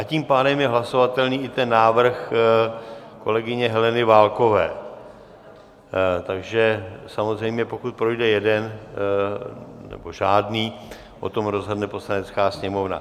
Tím pádem je hlasovatelný i návrh kolegyně Heleny Válkové, takže samozřejmě pokud projde jeden, nebo žádný, o tom rozhodne Poslanecká sněmovna.